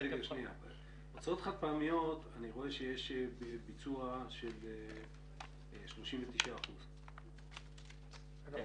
אני רואה שבהוצאות חד-פעמיות יש ביצוע של 39%. מבקר המדינה